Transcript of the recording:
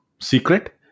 secret